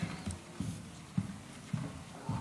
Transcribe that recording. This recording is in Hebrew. כבוד